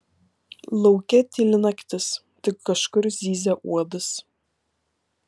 lauke tyli naktis tik kažkur zyzia uodas